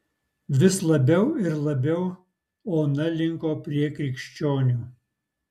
vis labiau ir labiau ona linko prie krikščionių